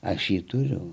aš jį turiu